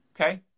Okay